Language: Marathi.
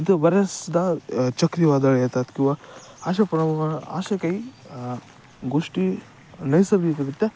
तिथं बऱ्याचदा चक्रीवादळ येतात किंवा अशा प्रमा अशा काही गोष्टी नैसर्गिकरित्या